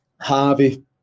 Harvey